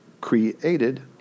created